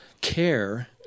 care